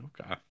Okay